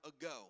ago